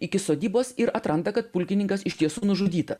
iki sodybos ir atranda kad pulkininkas iš tiesų nužudyta